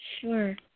sure